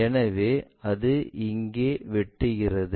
எனவே அது இங்கே வெட்டுகிறது